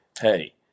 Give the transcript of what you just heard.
hey